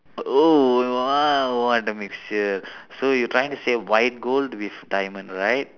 oh !wow! what a mixture so you trying to say white gold with diamond right